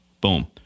Boom